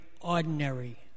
ordinary